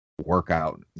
workout